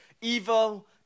evil